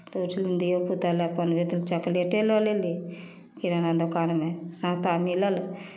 तऽ ओहिठुन धियापुता लए अपन दू ठू चोकलेटे लऽ लेली किराना दोकानमे सस्ता मिलल